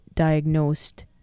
diagnosed